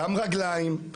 גם רגליים,